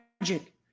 Magic